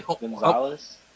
Gonzalez